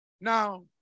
Now